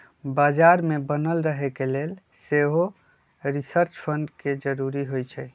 बजार में बनल रहे के लेल सेहो रिसर्च फंड के जरूरी होइ छै